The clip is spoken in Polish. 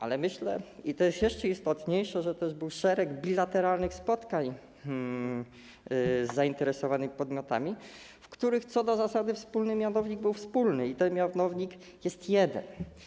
Ale myślę, i to jest jeszcze istotniejsze, że był też szereg bilateralnych spotkań z zainteresowanymi podmiotami, w których co do zasady wspólny mianownik był wspólny i ten mianownik jest jeden.